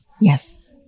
Yes